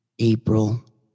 April